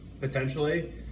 potentially